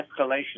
escalation